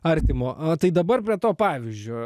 artimo tai dabar prie to pavyzdžio